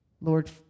Lord